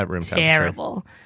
terrible